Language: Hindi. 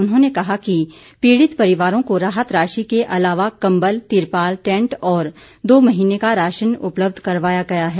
उन्होंने कहा कि पीड़ित परिवारों को राहत राशि के अलावा कम्बल तिरपाल टैंट और दो महीने का राशन उपलब्ध करवाया गया है